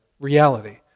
reality